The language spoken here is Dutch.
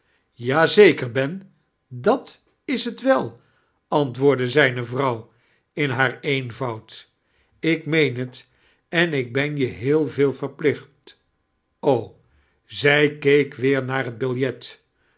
ja aetor ben dat is t wel antwoordde zijm vrouw in haar eemvoud ik maieein ht en ik ben je heel veel verpliciit o zrj keek weelr naar net triljeit